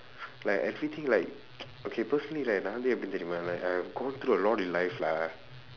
like everything like okay personally right நான் வந்து எப்படி தெரியுமா:naan vandthu eppadi theriyumaa I have gone through a lot in life lah